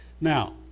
Now